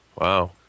Wow